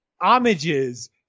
homages